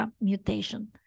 mutation